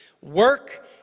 Work